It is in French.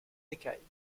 écailles